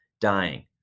dying